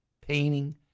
painting